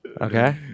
Okay